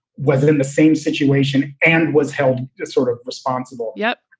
whether in the same situation and was held, just sort of responsible. yep.